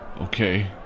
Okay